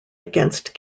against